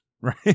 right